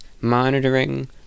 monitoring